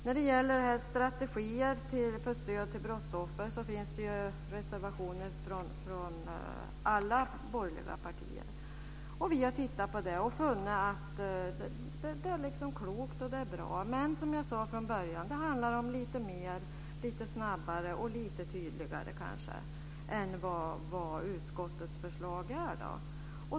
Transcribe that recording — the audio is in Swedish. När det gäller strategier för stöd till brottsoffer finns det reservationer från alla borgerliga partier. Vi har tittat på reservationerna och funnit att de är kloka och bra, men det handlar, som jag inledningsvis sade, om att utskottets förslag ger lite mer och är lite snabbare och kanske lite tydligare.